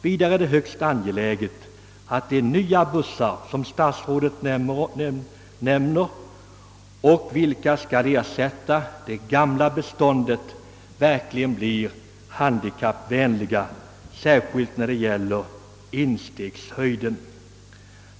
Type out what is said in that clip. Likaså är det högst angeläget att de nya bussar som statsrådet omnämner och som skall ersätta det gamla bussbeståndet verkligen blir handikappvänliga, särskilt när det gäller instegshöjden.